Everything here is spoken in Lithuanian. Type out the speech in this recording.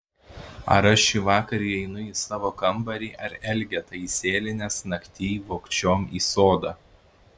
ar aš šįvakar įeinu į savo kambarį ar elgeta įsėlinęs naktyj vogčiom į sodą